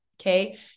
Okay